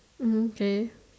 okay